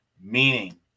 Meaning